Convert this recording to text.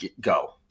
go